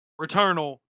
Returnal